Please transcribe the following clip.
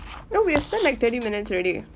you know we have spent like thirty minutes already